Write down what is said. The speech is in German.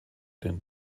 den